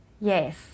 yes